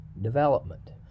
development